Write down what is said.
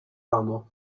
rano